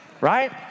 right